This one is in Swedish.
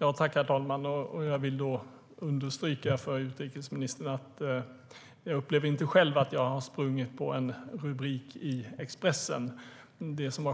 Herr talman! Jag vill understryka för utrikesministern att jag inte själv upplever att jag har sprungit på en rubrik i Expressen.